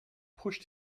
pushed